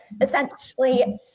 essentially